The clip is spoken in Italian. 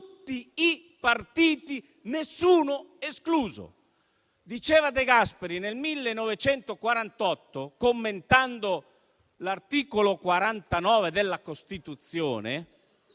tutti i partiti, nessuno escluso. Diceva De Gasperi, nel 1948, commentando l'articolo 49 della Costituzione,